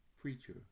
preacher